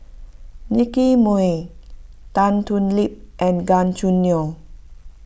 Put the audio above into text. Nicky Moey Tan Thoon Lip and Gan Choo Neo